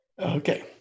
Okay